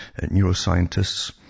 neuroscientists